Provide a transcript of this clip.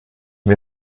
mir